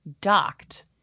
docked